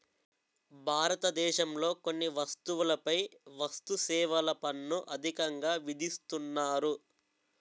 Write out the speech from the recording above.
భారతదేశంలో కొన్ని వస్తువులపై వస్తుసేవల పన్ను అధికంగా విధిస్తున్నారు